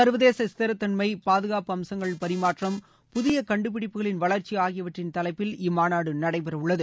சர்வதேச ஸ்திரதன்மை பாதுகாப்பு அம்சங்கள் பரிமாற்றம் புதிய கண்டுபிடிப்புகளின் வளர்ச்சி ஆகியவற்றின் தலைப்பில் இம்மாநாடு நடைபெறவுள்ளது